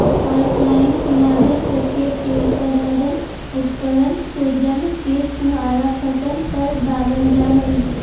pipeline के माध्यम से खेत के उपर लगल उपकरण से जल के फुहारा फसल पर डालल जा हइ